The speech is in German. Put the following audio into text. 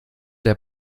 der